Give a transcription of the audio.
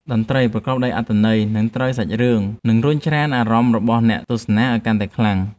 តន្ត្រីប្រកបដោយអត្ថន័យ និង ត្រូវតាមសាច់រឿងនឹងជួយរុញច្រានអារម្មណ៍របស់អ្នកទស្សនាឱ្យកាន់តែខ្លាំង។